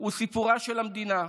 הוא סיפורה של המדינה.